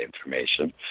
information